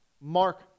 mark